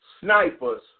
Snipers